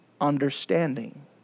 understanding